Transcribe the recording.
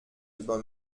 über